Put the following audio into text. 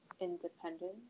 independent